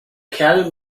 kerl